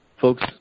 folks